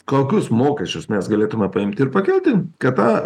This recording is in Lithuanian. kokius mokesčius mes galėtume paimti ir pakelti kad tą